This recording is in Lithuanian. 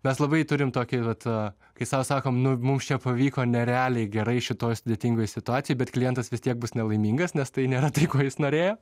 mes labai turim tokį vat kai sau sakom nu mums čia pavyko nerealiai gerai šitoj sudėtingoj situacijoj bet klientas vis tiek bus nelaimingas nes tai nėra tai ko jis norėjo